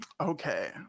Okay